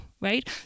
right